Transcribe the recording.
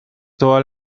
todas